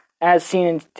as-seen